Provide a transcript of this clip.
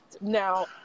now